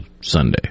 Sunday